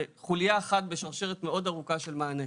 חוליה אחת בשרשרת מאוד ארוכה של מענה.